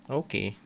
okay